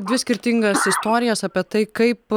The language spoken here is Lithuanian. dvi skirtingas istorijas apie tai kaip